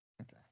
Okay